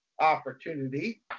opportunity